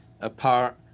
apart